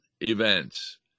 events